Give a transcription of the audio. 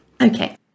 Okay